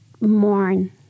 mourn